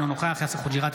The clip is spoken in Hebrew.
אינו נוכח יאסר חוג'יראת,